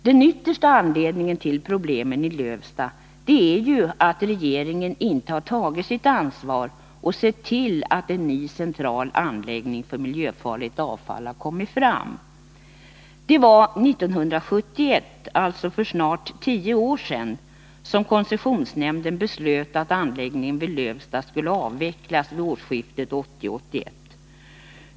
Den yttersta anledningen till problemen i Lövsta är ju att regeringen inte tagit sitt ansvar och sett till att en ny central anläggning för miljöfarligt avfall kommit till stånd. Det var 1971, alltså för snart tio år sedan, som koncessionsnämnden beslöt att anläggningen vid Lövsta skulle avvecklas vid årsskiftet 1980-1981.